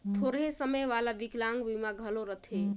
थोरहें समे वाला बिकलांग बीमा घलो रथें